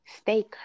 stay